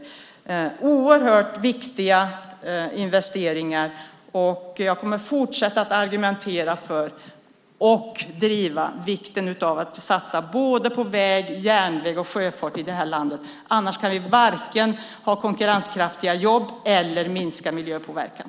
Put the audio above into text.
Det är oerhört viktiga investeringar. Jag kommer att fortsätta argumentera för och driva vikten av att satsa på både väg, järnväg och sjöfart i det här landet. Annars kan vi inte vare sig ha konkurrenskraftiga jobb eller minska miljöpåverkan.